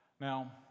Now